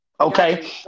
Okay